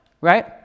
right